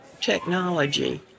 technology